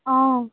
অ'